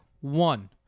one